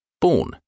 born